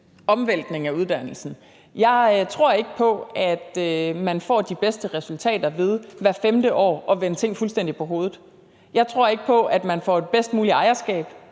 omvæltning af uddannelsen fandt sted. Jeg tror ikke på, at man får de bedste resultater ved hvert 5. år at vende ting fuldstændig på hovedet. Jeg tror ikke på, at man får det bedst mulige ejerskab